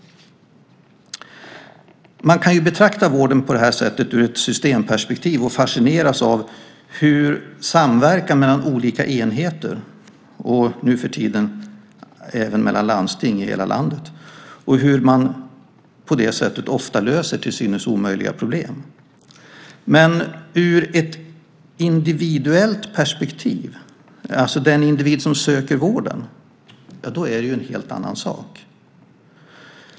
Man kan ju betrakta vården ur ett systemperspektiv och fascineras av hur samverkan mellan olika enheter och nuförtiden även mellan landsting i hela landet ofta löser till synes omöjliga problem. Men från individens perspektiv, alltså den individ som söker vården, är det ju en helt annan sak.